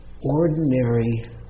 ordinary